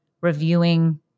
reviewing